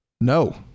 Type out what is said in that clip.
No